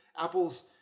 apples